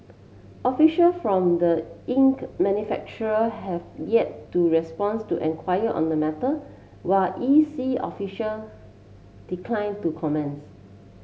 official from the ink manufacturer have yet to responds to enquiry on the matter while E C official declined to comments